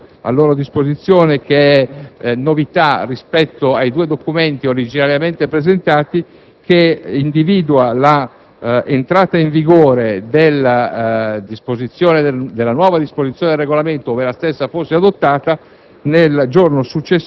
nel documento a loro disposizione (che è novità rispetto ai due documenti originariamente presentati), che individua l'entrata in vigore della nuova disposizione del Regolamento, ove la stessa fosse adottata,